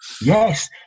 Yes